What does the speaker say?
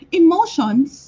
emotions